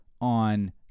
on